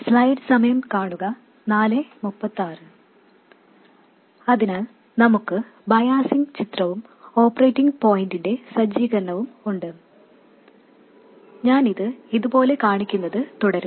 അതിനാൽ നമുക്ക് ബയാസിങ് ചിത്രവും ഓപ്പറേറ്റിംഗ് പോയിന്റിന്റെ സജ്ജീകരണവും ഉണ്ട് ഞാൻ ഇത് ഇതുപോലെ കാണിക്കുന്നത് തുടരും